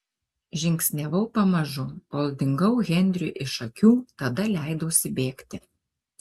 žingsniavau pamažu kol dingau henriui iš akių tada leidausi bėgti